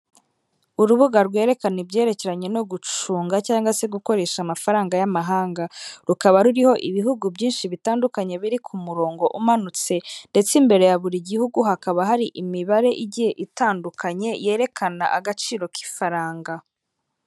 Urubuga rwerekana ibyerekeranye no gucunga cyangwa se gukoresha amafaranga y'amahanga, rukaba ruriho ibihugu byinshi bitandukanye biri ku murongo umanutse, ndetse imbere ya buri gihugu hakaba hari imibare igiye itandukanye yerekana agaciro k'ifaranga.